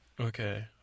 Okay